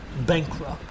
bankrupt